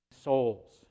souls